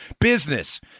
business